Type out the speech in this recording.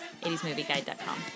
80smovieguide.com